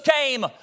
came